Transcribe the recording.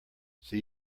see